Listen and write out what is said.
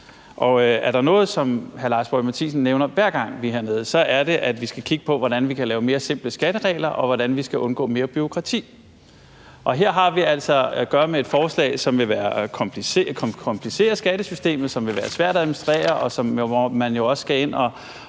og er der noget, hr. Lars Boje Mathiesen nævner, hver gang vi er hernede, er det, at vi skal kigge på, hvordan vi kan lave mere simple skatteregler, og hvordan vi skal undgå mere bureaukrati. Og her har vi altså at gøre med et forslag, som vil komplicere skattesystemet, som vil være svært at administrere, og hvor man jo også skal ind at